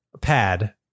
pad